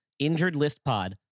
InjuredListPod